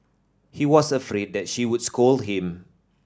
he was afraid that she would scold him